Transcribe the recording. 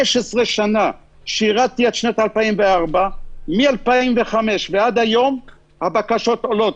15 שנים שירתי עד שנת 2004 - מ-2005 ועד היום הבקשות עולות.